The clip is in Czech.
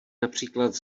například